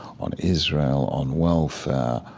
on israel, on welfare,